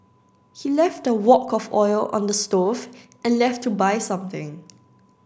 he left a wok of oil on the stove and left to buy something